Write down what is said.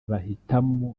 bahitamo